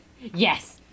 Yes